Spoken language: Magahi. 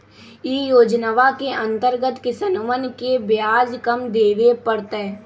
ई योजनवा के अंतर्गत किसनवन के ब्याज कम देवे पड़ तय